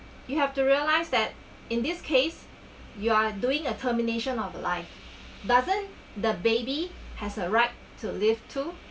you have to realise that in this case you are doing a termination of a life doesn't the baby has a right to live to